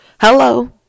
hello